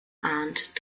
ahnt